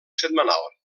setmanal